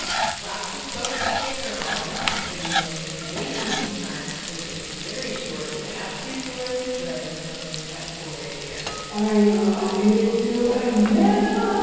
slap some self tanner on and then maybe have time to take a very short nap, before the driver comes at four a m. alright ah i mean it to atlanta.